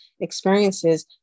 experiences